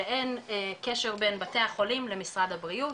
שאין קשר בין בתי החולים למשרד הבריאות,